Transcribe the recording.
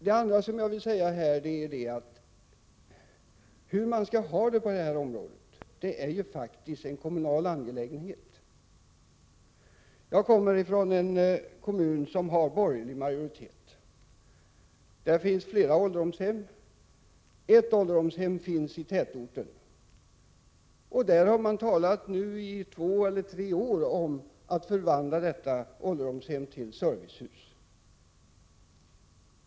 Det andra som jag vill säga är att det är en kommunal angelägenhet om man skall lägga ned ålderdomshemmen eller om man skall ordna äldreomsorgen på annat sätt. Jag kommer från en kommun som har borgerlig majoritet. Där finns flera ålderdomshem. Ett ålderdomshem ligger i tätorten, och man har nu i två eller tre år talat om att förvandla detta ålderdomshem till servicehus.